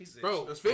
Bro